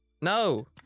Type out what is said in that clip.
No